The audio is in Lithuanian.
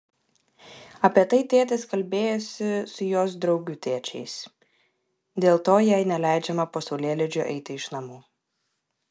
apie tai tėtis kalbėjosi su jos draugių tėčiais dėl to jai neleidžiama po saulėlydžio eiti iš namų